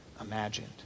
imagined